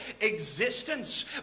existence